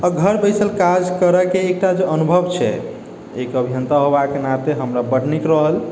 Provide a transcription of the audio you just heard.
आओर घर बैसल काज करैके एकटा जे अनुभव छै एक अभियन्ता होबाके नाते हमरा बड़ नीक रहल